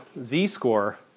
z-score